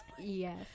yes